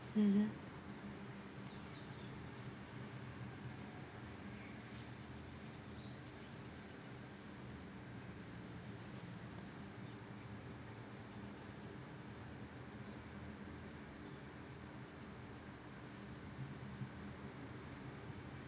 mmhmm